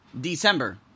December